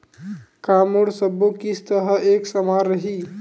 का मोर सबो किस्त ह एक समान रहि?